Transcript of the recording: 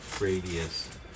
radius